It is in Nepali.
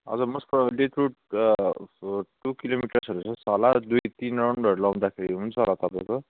हजुर मसित लिक्विड उसको टु किलोमिटरहरू छ होला दुई तिन राउन्डहरू लाउँदाखेरि हुन्छ होला तपाईँको